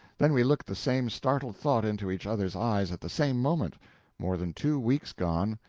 then we looked the same startled thought into each other's eyes at the same moment more than two weeks gone,